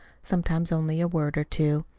sometimes only a word or two.